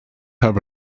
have